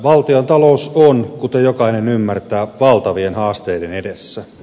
valtiontalous on kuten jokainen ymmärtää valtavien haasteiden edessä